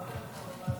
ברשות היושב-ראש,